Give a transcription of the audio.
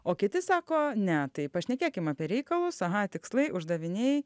o kiti sako ne tai pašnekėkim apie reikalus aha tikslai uždaviniai